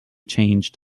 changed